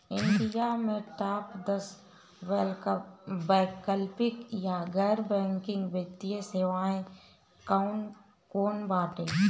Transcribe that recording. India में top दस वैकल्पिक या गैर बैंकिंग वित्तीय सेवाएं कौन कोन बाटे?